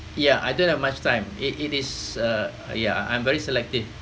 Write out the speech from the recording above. ya I don't have much time it it is uh ya I'm very selective